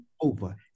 over